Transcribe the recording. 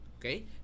Okay